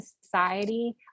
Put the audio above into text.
society